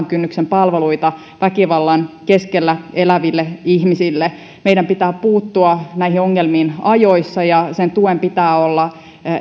kynnyksen palveluita väkivallan keskellä eläville ihmisille meidän pitää puuttua näihin ongelmiin ajoissa ja sen tuen pitää olla